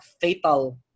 fatal